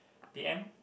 p_m